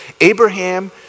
Abraham